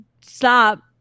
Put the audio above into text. stop